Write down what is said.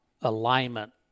alignment